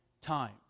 time